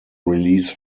release